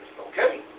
okay